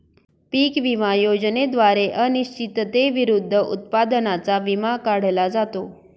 पीक विमा योजनेद्वारे अनिश्चिततेविरुद्ध उत्पादनाचा विमा काढला जातो